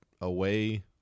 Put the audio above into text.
away